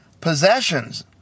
possessions